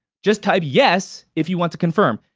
just type yes if you want to confirm.